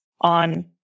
on